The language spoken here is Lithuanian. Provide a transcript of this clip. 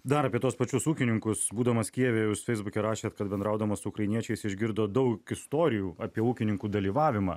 dar apie tuos pačius ūkininkus būdamas kijeve jūs feisbuke rašėt kad bendraudamas su ukrainiečiais išgirdot daug istorijų apie ūkininkų dalyvavimą